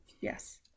yes